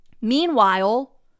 meanwhile